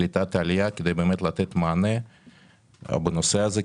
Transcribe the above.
לקליטת העלייה כדי באמת לתת מענה בנושא הזה,